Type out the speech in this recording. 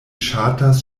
ŝatas